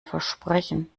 versprechen